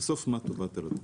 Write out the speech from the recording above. בסוף מה טובת הלקוח.